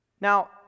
Now